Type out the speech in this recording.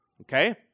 Okay